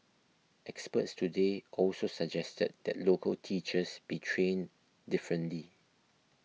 experts today also suggested that local teachers be trained differently